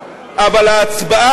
בבקשה,